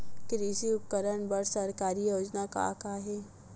कृषि उपकरण बर सरकारी योजना का का हे?